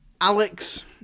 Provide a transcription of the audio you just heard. Alex